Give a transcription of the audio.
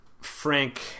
frank